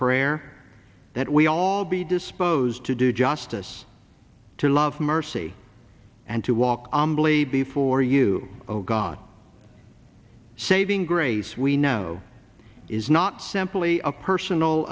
prayer that we all be disposed to do justice to love mercy and to walk on glee before you oh god saving grace we know is not simply a personal